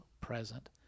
present